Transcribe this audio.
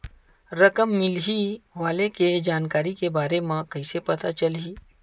रकम मिलही वाले के जानकारी के बारे मा कइसे पता चलही?